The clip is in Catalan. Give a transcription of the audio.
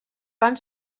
fan